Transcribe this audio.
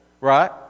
Right